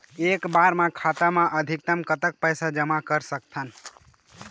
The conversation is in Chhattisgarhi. एक बार मा खाता मा अधिकतम कतक पैसा जमा कर सकथन?